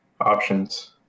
options